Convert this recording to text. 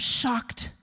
shocked